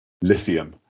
lithium